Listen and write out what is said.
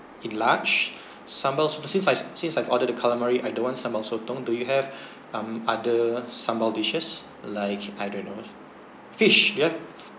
in large sambal sinc~ I've since I've ordered the calamari I don't want sambal sotong do you have um other sambal dishes like I don't know fish yup